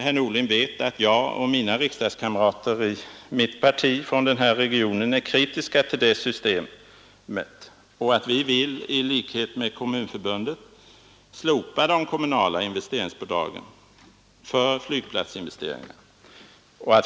Herr Norling vet att jag och andra riksdagsledamöter från mitt parti inom Stockholmsregionen är kritiska till detta bidragssystem och att vi därför i likhet med Kommunförbundet vill slopa de kommunala investeringsbidragen för flygplatsinvesteringar.